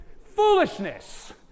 Foolishness